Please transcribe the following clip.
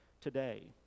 today